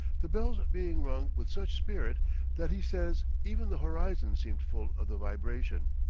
the bells being rung with such spirit that he says, even the horizon seemed full of the vibration.